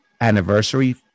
anniversary